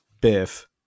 Biff